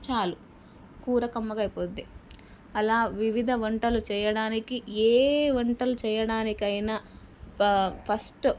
చాలు కూర కమ్మగా అయిపోద్ది అలా వివిధ వంటలు చేయడానికి ఏ వంటలు చేయడానికైనా ప ఫస్ట్